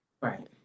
Right